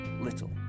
little